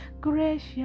gracious